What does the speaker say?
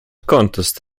contest